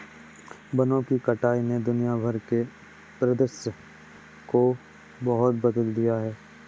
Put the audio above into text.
वनों की कटाई ने दुनिया भर के परिदृश्य को बहुत बदल दिया है